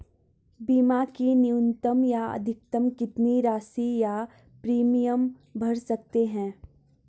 बीमा की न्यूनतम या अधिकतम कितनी राशि या प्रीमियम भर सकते हैं?